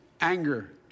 anger